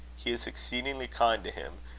he is exceedingly kind to him,